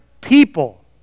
people